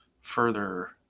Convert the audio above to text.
further